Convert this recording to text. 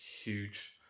huge